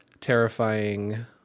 terrifying